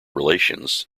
relations